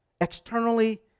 externally